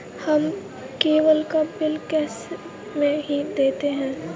हम केबल का bill cash में ही देते हैं